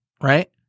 right